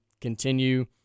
continue